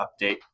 update